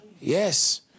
Yes